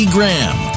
Graham